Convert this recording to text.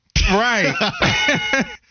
Right